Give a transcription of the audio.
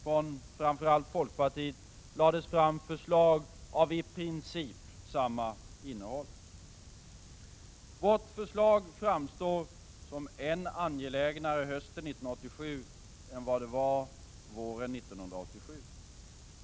Från framför allt folkpartiet lades fram förslag av i princip samma innehåll. Vårt förslag framstår som än angelägnare hösten 1987 än vad det var våren 1987.